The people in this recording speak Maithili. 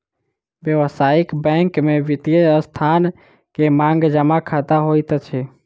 व्यावसायिक बैंक में वित्तीय संस्थान के मांग जमा खता होइत अछि